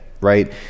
right